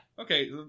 Okay